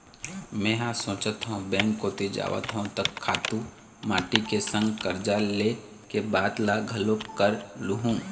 मेंहा सोचत हव बेंक कोती जावत हव त खातू माटी के संग करजा ले के बात ल घलोक कर लुहूँ